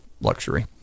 luxury